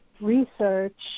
research